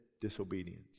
disobedience